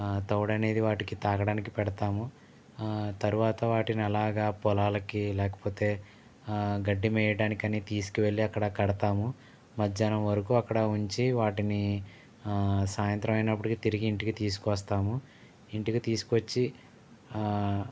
తౌడనేది వాటికి తాగడానికి పెడతాము తరువాత వాటినలాగా పొలాలకు లేకపోతే గడ్డి మేయడానికనే తీసుకువెళ్లి అక్కడ కడుతాము మధ్యాహ్నం వరకు అక్కడ ఉంచి వాటిని సాయంత్రమైనప్పటికి తిరిగి ఇంటికి తీసుకొస్తాము ఇంటికి తీసుకొచ్చి